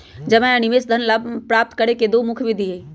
जमा आ निवेश धन पर लाभ प्राप्त करे के दु मुख्य विधि हइ